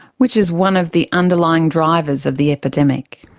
which is one of the underlying drivers of the epidemic.